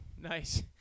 Nice